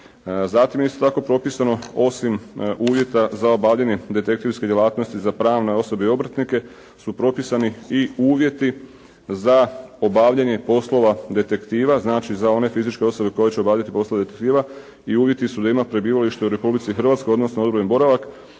Zatim, isto tako je propisano osim uvjeta za obavljanje detektivske djelatnosti za pravne osobe i obrtnike su propisani i uvjeti za obavljanje poslova detektiva. Znači, za one fizičke osobe koje će obavljati poslove detektiva i uvjeti su da ima prebivalište u Republici Hrvatskoj, odnosno odobren boravak,